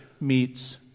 meets